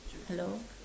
hello